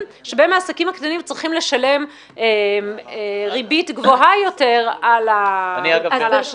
בהן העסקים הקטנים צריכים לשלם ריבית גבוהה יותר על האשראי.